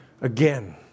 again